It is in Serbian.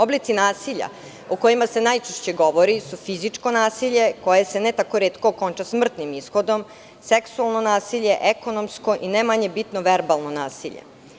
Oblici nasilja o kojima se najčešće govori su fizičko nasilje koje se ne tako retko okonča smrtnim ishodom, seksualno nasilje, ekonomsko i ne manje bitno verbalno nasilje.